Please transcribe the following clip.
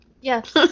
yes